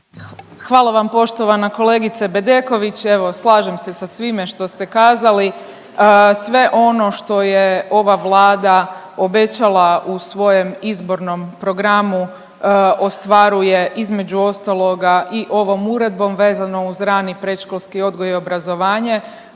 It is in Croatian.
Hvala vam poštovana kolegice Bedeković. Evo, slažem se sa svime što ste kazali. Sve ono što je ova Vlada obećala u svojem izbornom programu, ostvaruje, između ostaloga i ovom Uredbom vezano uz rani predškolski odgoj i obrazovanje,